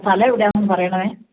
സ്ഥലം എവിടെയാണ് എന്നൊന്ന് പറയണേ